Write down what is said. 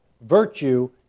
virtue